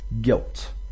guilt